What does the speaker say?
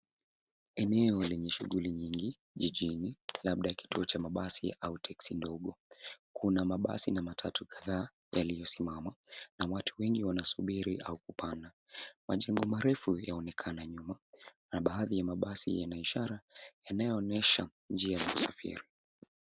Eneo lenye shughuli nyingi jijini; labda kituo cha mabasi au teksi ndogo. Kuna mabasi na matatu kadhaa yaliyosimama, na watu wengi wanasubiri au kupanga. Majengo marefu yaonekana nyuma na baadhi ya mabasi yana ishara yanayoonyesha njia ya kusafiri.